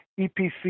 EPC